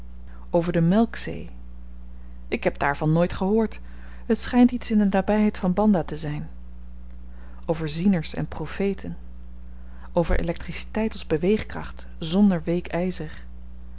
over de melkzee ik heb daarvan nooit gehoord het schynt iets in de nabyheid van banda te zyn over zieners en profeten over elektriciteit als beweegkracht zonder